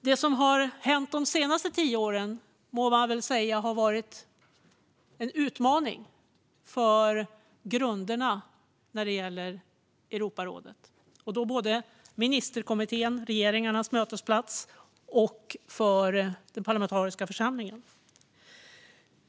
Det som har hänt de senaste tio åren må man väl säga har varit en utmaning för grunderna när det gäller Europarådet - både för ministerkommittén, regeringarnas mötesplats, och för den parlamentariska församlingen.